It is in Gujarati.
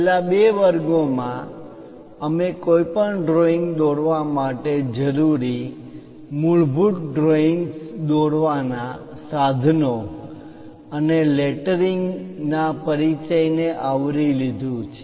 છેલ્લા બે વર્ગો મા પ્રવચનોમાં અમે કોઈપણ ડ્રોઈંગ દોરવા માટે જરૂરી મૂળભૂત ડ્રોઇંગ્સ દોરવાના સાધનો ડ્રોઇંગ ઇન્સ્ટ્રુમેન્ટ્સ drawing instruments અને લેટરિંગ અક્ષર દોરવાની રીત ના પરિચય ને આવરી લીધું છે